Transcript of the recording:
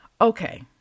okay